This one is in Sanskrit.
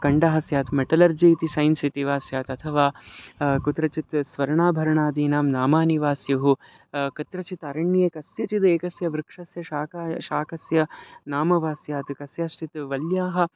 खण्डः स्यात् मेटलर्जि इति सैन्स् इति वा स्यात् अथवा कुत्रचित् स्वर्णाभरणादीनां नामानि वा स्युः कुत्रचित् अरण्ये कस्यचिदेकस्य वृक्षस्य शाका शाकस्य नाम वा स्यात् कस्याश्चित् वल्याः